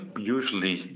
usually